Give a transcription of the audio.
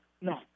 No